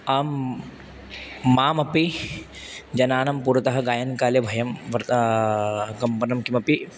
आं ममापि जनानां पुरतः गायनकाले भयं वर्तते कम्पनं किमपि